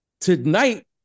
Tonight